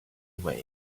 away